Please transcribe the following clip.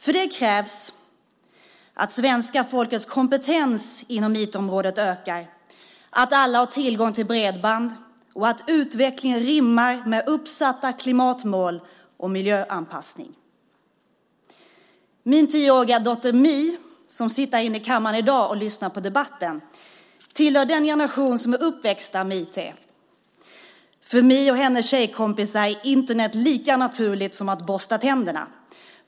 För det krävs att svenska folkets kompetens inom IT-området ökar, att alla har tillgång till bredband och att utvecklingen rimmar med uppsatta klimatmål och miljöanpassning. Min tioåriga dotter Mi som sitter här inne i kammaren i dag och lyssnar på debatten tillhör den generation som är uppväxt med IT. För Mi och hennes tjejkompisar är Internet något lika naturligt som att borsta tänderna.